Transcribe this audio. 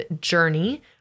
journey